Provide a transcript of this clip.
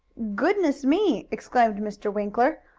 goodness me! exclaimed mr. winkler.